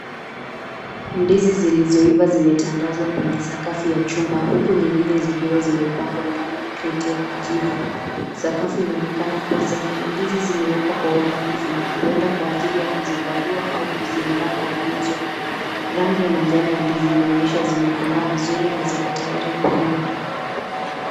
Ndizi zilizoiva zimetandazwa kwenye sakafu ya chumba huku nyingine zikiwa zimepangwa ndani ya kreti ya kijivu. Sakafu inaonekana kuwa safi na ndizi zimewekwa kwa uangalifu huenda kwa ajili ya kuzikagua au kuziandaa kwa mauzo. Rangi ya manjano ya ndizi inaonyesha zimekomaa vizuri na ziko tayari kuliwa.